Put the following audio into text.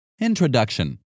Introduction